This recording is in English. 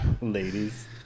ladies